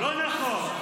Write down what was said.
לא נכון.